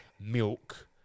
Milk